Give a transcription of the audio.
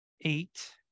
eight